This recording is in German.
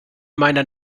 meiner